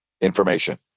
information